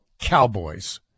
cowboys